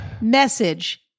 Message